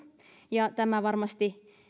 ja tämä varmasti